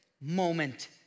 moment